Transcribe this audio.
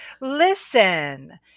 listen